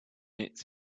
its